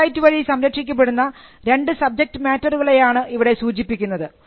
copyright വഴി സംരക്ഷിക്കപ്പെടുന്ന രണ്ട് സബ്ജക്റ്റ് മാറ്ററുകളെയാണ് ഇവിടെ സൂചിപ്പിക്കുന്നത്